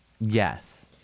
Yes